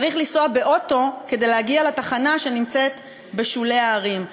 צריך לנסוע באוטו כדי להגיע לתחנה שנמצאת בשולי הערים.